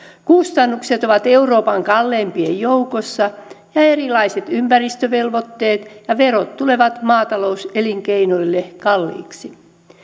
kustannukset ovat euroopan kalleimpien joukossa ja erilaiset ympäristövelvoitteet ja verot tulevat maatalouselinkeinoille kalliiksi